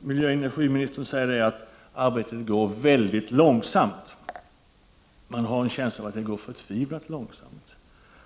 Miljöoch energiministern säger att arbetet går mycket långsamt. Man har en känsla av att det går förtvivlat långsamt.